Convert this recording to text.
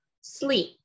sleep